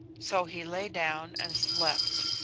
so he lay down and slept.